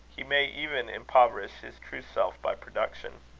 he may even impoverish his true self by production.